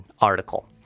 article